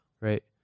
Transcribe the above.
right